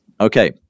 Okay